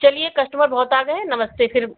चलिए कश्टमर बहुत आ गए हैं नमस्ते फिर